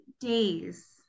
days